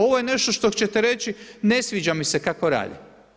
Ovo je nešto što ćete reći ne sviđa mi se kako radi.